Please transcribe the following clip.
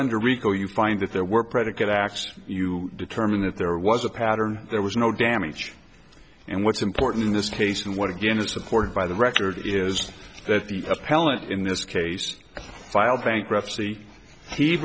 under rico you find that there were predicate acts you determine that there was a pattern there was no damage and what's important in this case and what again is supported by the record is that the appellant in this case filed bankruptcy he